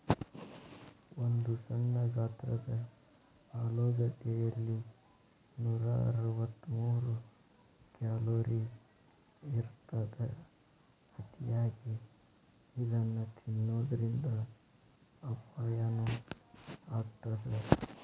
ಒಂದು ಸಣ್ಣ ಗಾತ್ರದ ಆಲೂಗಡ್ಡೆಯಲ್ಲಿ ನೂರಅರವತ್ತಮೂರು ಕ್ಯಾಲೋರಿ ಇರತ್ತದ, ಅತಿಯಾಗಿ ಇದನ್ನ ತಿನ್ನೋದರಿಂದ ಅಪಾಯನು ಆಗತ್ತದ